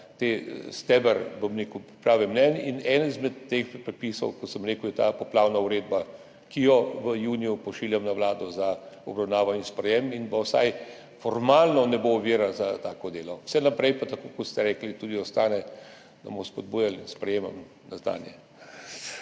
ta steber priprave mnenj. Eden izmed teh predpisov, kot sem rekel, je ta poplavna uredba, ki jo v juniju pošiljam na Vlado za obravnavo in sprejetje in vsaj formalno ne bo ovira za tako delo. Vse naprej pa, tako kot ste rekli, tudi ostane, da bomo spodbujali in sprejemali na znanje.